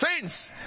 Saints